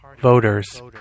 voters